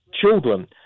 children